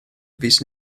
fis